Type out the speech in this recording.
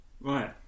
Right